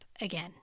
again